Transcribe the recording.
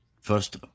First